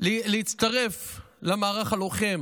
להצטרף למערך הלוחם